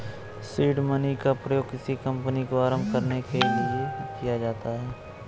seed money का प्रयोग किसी कंपनी को आरंभ करने के लिए किया जाता है